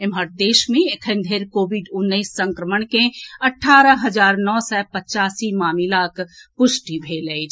एम्हर देश मे एखन धरि कोविड उन्नैस संक्रमण के अठारह हजार नओ सय पचासी मामिलाक पुष्टि भेल अछि